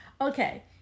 Okay